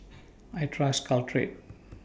I Trust Caltrate